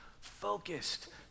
focused